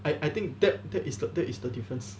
I I think that that is the that is the difference